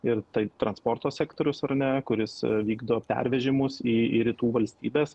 ir tai transporto sektorius ar ne kuris vykdo pervežimus į į rytų valstybes